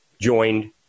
joined